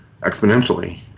exponentially